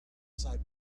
site